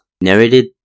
narrated